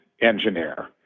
engineer